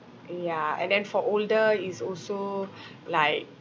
ya and then for older is also like